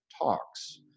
talks